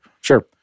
Sure